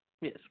Yes